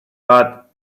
but